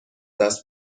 دست